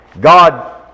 God